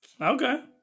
Okay